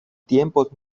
tiempos